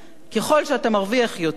ככל שאתה מרוויח יותר,